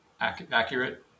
accurate